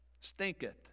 stinketh